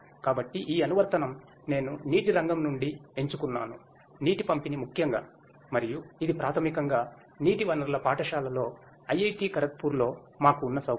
కాబట్టి ఈ అనువర్తనం నేను నీటి రంగం నుండి ఎంచుకున్నానునీటి పంపిణీ ముఖ్యంగా మరియు ఇది ప్రాథమికంగా నీటి వనరుల పాఠశాలలో IIT ఖరగ్పూర్లో మాకు ఉన్న సౌకర్యం